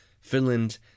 Finland